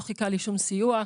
לא חיכה לי שום סיוע.